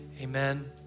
Amen